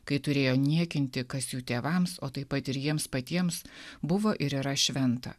kai turėjo niekinti kas jų tėvams o taip pat ir jiems patiems buvo ir yra šventa